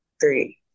three